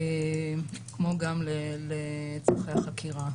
כמו גם לצרכי החקירה.